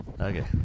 Okay